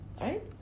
Right